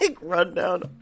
rundown